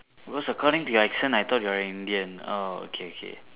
because according to your accent I thought you are Indian oh okay okay